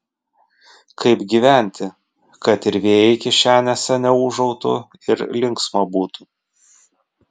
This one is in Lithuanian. kaip gyventi kad ir vėjai kišenėse neūžautų ir linksma būtų